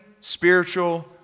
spiritual